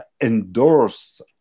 endorse